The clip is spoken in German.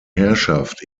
herrschaft